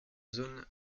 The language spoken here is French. zone